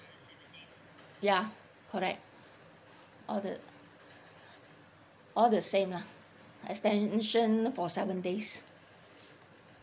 ya correct all the all the same lah extension for seven days